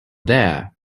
there